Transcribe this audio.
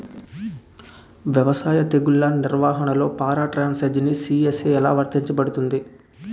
వ్యవసాయ తెగుళ్ల నిర్వహణలో పారాట్రాన్స్జెనిసిస్ఎ లా వర్తించబడుతుంది?